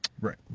Right